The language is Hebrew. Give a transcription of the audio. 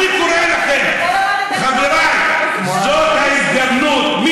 אני קורא לכם, חבריי, זאת ההזדמנות.